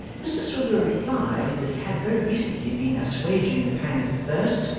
mr swiveller replied that he had very recently been assuaging the pangs of thirst,